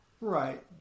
Right